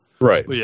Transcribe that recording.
Right